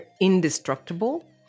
indestructible